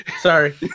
Sorry